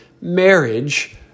Marriage